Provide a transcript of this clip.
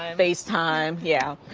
um face time. yeah